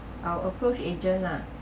I'll approach agent lah